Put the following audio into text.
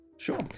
Sure